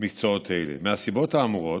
מקצועות אלה מהסיבות האמורות.